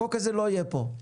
החוק הזה לא יהיה פה.